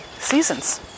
seasons